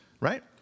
right